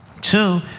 Two